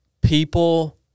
people